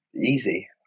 Easy